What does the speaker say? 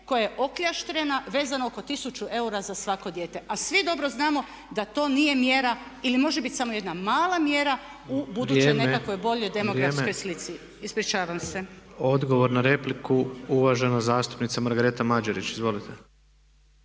koja je okljaštrena, vezano oko 1000 eura za svako dijete a svi dobro znamo da to nije mjera ili može biti samo jedna mala mjera u budućoj nekakvoj … …/Upadica Tepeš: Vrijeme./… … boljoj demografskoj slici. Ispričavam se. **Tepeš, Ivan (HSP AS)** Odgovor na repliku uvažena zastupnica Margareta Mađerić. Izvolite.